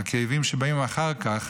בכאבים שבאים אחר כך,